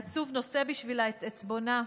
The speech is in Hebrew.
העצוב נושא בשבילה את עיצבונה,